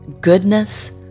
goodness